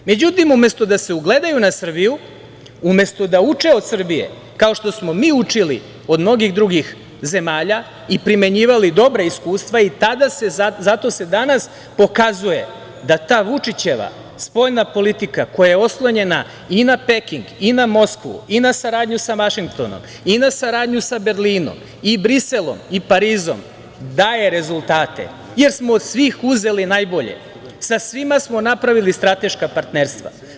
Međutim, umesto da se ugledaju na Srbiju, umesto da uče od Srbije, kao što smo mi učili od mnogih drugih zemalja i primenjivali dobra iskustva i tada se i zato se danas pokazuje da ta Vučićeva spoljna politika koja je oslonjena i na Peking i na Moskvu i na saradnju sa Vašingtonom i na saradnju sa Berlinom i Briselom i Parizom daje rezultate, jer smo od svih uzeli najbolje, sa svima smo napravili strateška partnerstva.